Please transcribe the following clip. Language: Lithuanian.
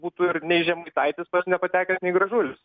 būtų ir nei žemaitaitis pats nepatekęs nei gražulis